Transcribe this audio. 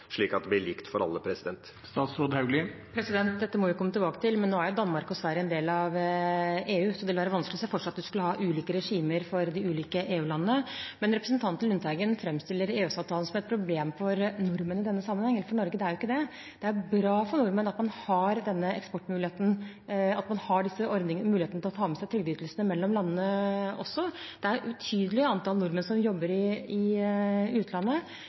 slik at det blir likt for alle? Dette må vi komme tilbake til, men Danmark og Sverige er jo en del av EU, så det vil være vanskelig å se for seg at vi skulle ha ulike regimer for de ulike EU-landene. Representanten Lundteigen framstiller EØS-avtalen som et problem for nordmenn i denne sammenheng, eller for Norge. Den er jo ikke det. Det er bra for nordmenn at man har denne eksportmuligheten, at man har muligheten til å ta med seg trygdeytelsene mellom landene også. Det er et betydelig antall nordmenn som jobber i utlandet,